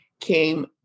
came